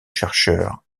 chercheur